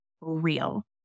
real